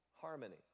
harmony